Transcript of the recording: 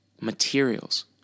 materials